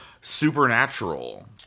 Supernatural